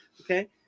okay